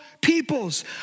peoples